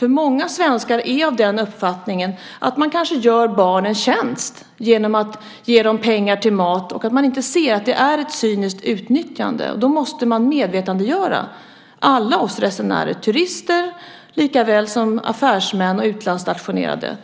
Många svenskar är av uppfattningen att de kanske gör barnen en tjänst genom att ge dem pengar till mat. De ser inte att det är ett cyniskt utnyttjande. Då måste alla resenärer göras medvetna - turister likaväl som affärsmän och utlandsstationerade.